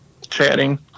chatting